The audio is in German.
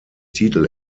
titel